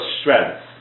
Strength